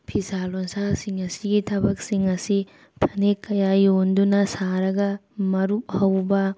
ꯐꯤꯁꯥ ꯂꯣꯟꯁꯥꯁꯤꯡ ꯑꯁꯤꯒꯤ ꯊꯕꯛꯁꯤꯡ ꯑꯁꯤ ꯐꯅꯦꯛ ꯀꯌꯥ ꯌꯣꯟꯗꯨꯅ ꯁꯥꯔꯒ ꯃꯔꯨꯞ ꯍꯧꯕ